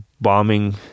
bombing